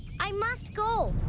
i must go!